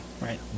Right